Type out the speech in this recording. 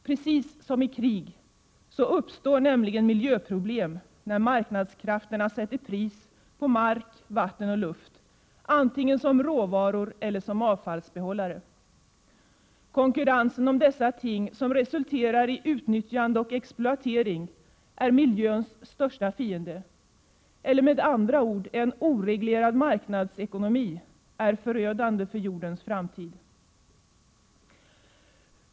Precis som i krig uppstår nämligen miljöproblem när marknadskrafterna sätter pris på mark, vatten och luft, antingen som råvaror eller som avfallsbehållare. Konkurrensen om dessa ting, som resulterar i utnyttjande och exploatering, är miljöns största fiende. Eller med andra ord: En oreglerad marknadsekonomi är förödande för jordens framtid.